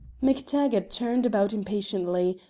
mactaggart turned about impatiently,